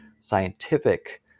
scientific